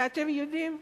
ואתם יודעים?